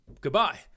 goodbye